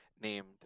named